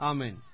Amen